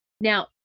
Now